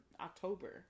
October